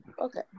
Okay